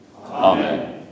Amen